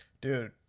Dude